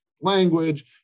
language